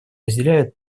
разделяет